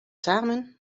samen